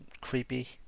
creepy